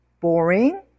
boring